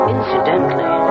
Incidentally